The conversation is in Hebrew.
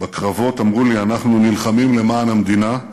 בקרבות, אמרו לי: אנחנו נלחמים למען המדינה,